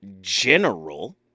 general